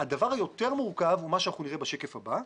הדבר היותר מורכב הוא מה שנראה בשקף הבא.